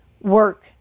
work